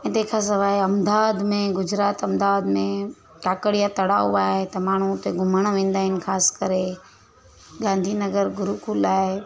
ऐं तंहिं खां सवाइ अहमदाबाद में गुजरात अहमदाबाद में काकरीआ तणाउ आहे त माण्हू उते घुमण वेंदा आहिनि ख़ासि करे गांधीनगर गुरूकुल आहे